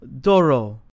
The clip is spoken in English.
Doro